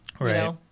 Right